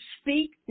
speak